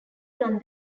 gun